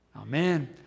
Amen